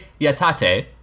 Yatate